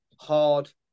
hard